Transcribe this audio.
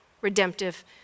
redemptive